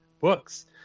books